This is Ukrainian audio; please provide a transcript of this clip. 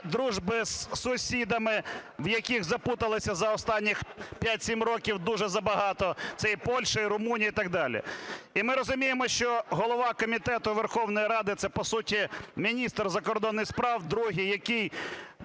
дружби з сусідами, в яких заплуталось за останні 5-7 років дуже забагато, це і Польща, і Румунія, і так далі. І ми розуміємо, що голова комітету Верховної Ради – це по суті міністр закордонних справ другий, який